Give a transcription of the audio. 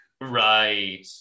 Right